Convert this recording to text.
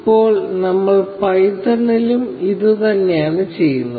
ഇപ്പോൾ നമ്മൾ പൈത്തണിലും ഇതുതന്നെയാണ് ചെയ്യുന്നത്